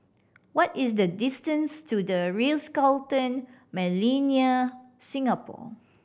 what is the distance to The Ritz Carlton Millenia Singapore